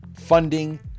funding